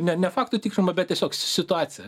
ne ne faktų tikrinimo bet tiesiog situacija